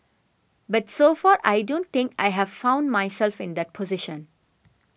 but so far I don't think I have found myself in that position